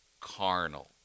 carnal